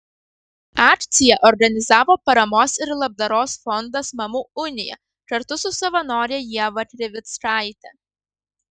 akciją organizavo paramos ir labdaros fondas mamų unija kartu su savanore ieva krivickaite